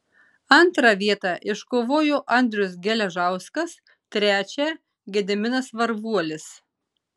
antrą vietą iškovojo andrius geležauskas trečią gediminas varvuolis